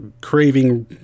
craving